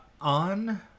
on